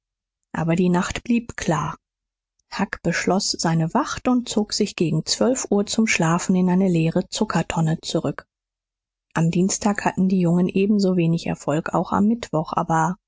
aber die nacht blieb klar huck beschloß seine wacht und zog sich gegen uhr zum schlafen in eine leere zuckertonne zurück am dienstag hatten die jungen ebensowenig erfolg auch am mittwoch aber